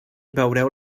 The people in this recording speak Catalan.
veureu